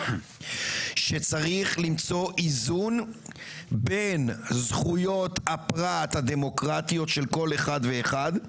שצריך למצוא איזון בין זכויות הפרט הדמוקרטיות של כל אחד ואחד,